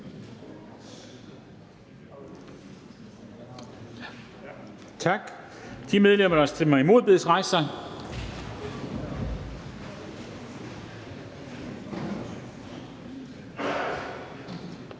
Tak. De medlemmer, der stemmer imod, bedes rejse sig.